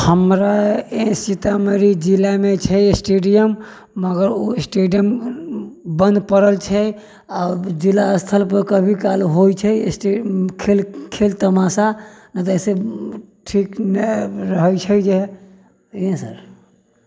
हमरा सीतामढ़ी जिलामे छै स्टेडियम मगर ओ स्टेडियम बन्द पड़ल छै आ जिला स्तरपर कभी काल होइ छै स्टे खेल खेल तमाशा वैसे ठीक नहि रहै छै जे